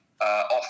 off